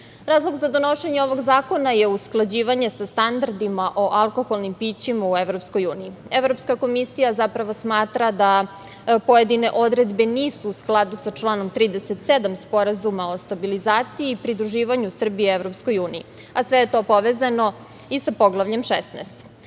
piva. Razlog za donošenje ovog zakona je usklađivanje sa standardima o alkoholnim pićima u EU. Evropska komisija zapravo smatra da pojedine odredbe nisu u skladu sa članom 37. Sporazuma o stabilizaciji i pridruživanju Srbije EU, a sve je to povezano i sa Poglavljem